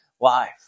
life